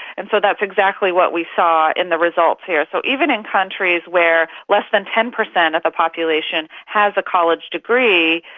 and so that's exactly what we saw in the results here. so even in countries where less than ten percent of the population has a college degree,